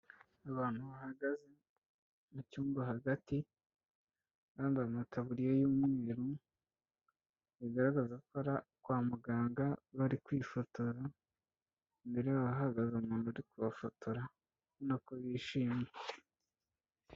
Abantu bahagaze mu cyumba hagati bambaye amataburiya y'umweru, bigaragaza ko ari kwa muganga bari kwifotoza, imbere yabo hahagaze umuntu uri kubafotora ubona ko bishimye.